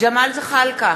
ג'מאל זחאלקה,